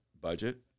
budget